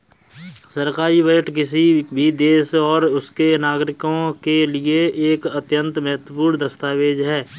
सरकारी बजट किसी भी देश और उसके नागरिकों के लिए एक अत्यंत महत्वपूर्ण दस्तावेज है